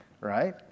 right